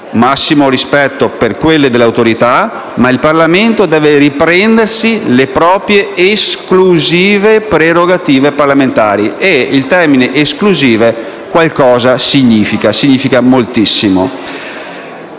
massimo rispetto per quelle dell'Autorità, ma il Parlamento deve riprendersi le proprie esclusive prerogative parlamentari, e il termine «esclusive» significa moltissimo.